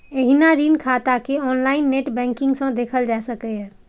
एहिना ऋण खाता कें ऑनलाइन नेट बैंकिंग सं देखल जा सकैए